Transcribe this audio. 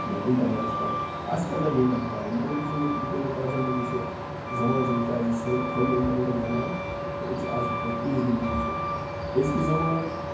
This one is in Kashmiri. نَہ اِنٹَرنٮ۪ٹَس پٮ۪ٹھ اَسہِ کَتہِ لَگِہے نَتہٕ پَے مگر یُس یہِ وٕکٮ۪نیُک یپرٛٮ۪زَنٹُک یُس یہِ زمانہٕ چھِ یہِ کیٛازِ یہِ چھِ سٲری خٲلی اِنٹَرنٮ۪ٹُک زمانہٕ تہٕ أسۍ چھِ آز ہٮ۪کان اِیٖزِلی یہِ وٕچھِتھ أزۍکہِ زمانُک